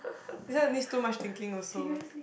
without any stool much thinking also